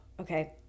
okay